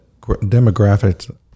demographics